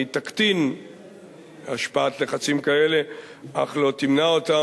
היא תקטין השפעת לחצים כאלה אך לא תמנע אותם.